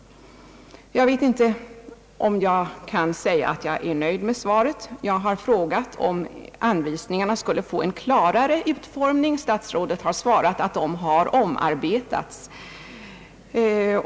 Jag vet inte om jag kan säga att jag är nöjd med svaret. Jag har frågat om anvisningarna skulle få »en klarare utformning». Statsrådet har svarat att de har »omarbetats».